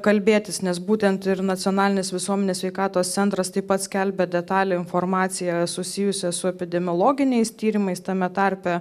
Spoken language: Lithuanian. kalbėtis nes būtent ir nacionalinis visuomenės sveikatos centras taip pat skelbia detalią informaciją susijusią su epidemiologiniais tyrimais tame tarpe